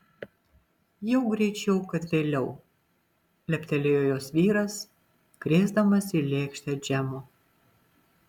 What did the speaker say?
jau greičiau kad vėliau leptelėjo jos vyras krėsdamas į lėkštę džemo